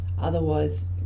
otherwise